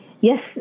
yes